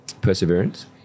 perseverance